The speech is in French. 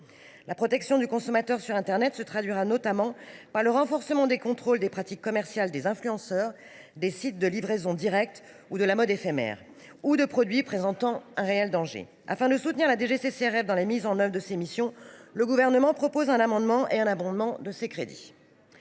La protection du consommateur sur internet se traduira notamment par le renforcement des contrôles des pratiques commerciales des influenceurs, des sites de livraison directe, de la mode éphémère ou de produits présentant un réel danger. Afin de soutenir la DGCCRF dans la mise en œuvre de ses missions, le Gouvernement propose un amendement visant à abonder les crédits